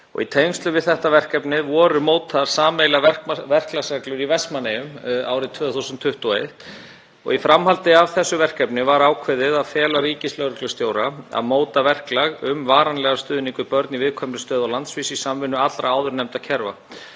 Í tengslum við þetta verkefni voru mótaðar sameiginlegar verklagsreglur í Vestmannaeyjum árið 2021. Í framhaldi af þessu verkefni var ákveðið að fela ríkislögreglustjóra að móta verklag um varanlegan stuðning við börn í viðkvæmri stöðu á landsvísu í samvinnu allra áðurnefndra kerfa,